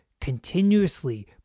continuously